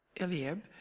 Eliab